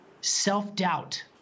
self-doubt